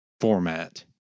format